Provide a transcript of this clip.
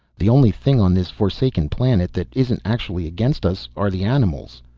the only thing on this forsaken planet that isn't actually against us are the animals.